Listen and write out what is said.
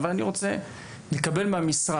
אבל אני כן רוצה לקבל תשובות מהמשרד.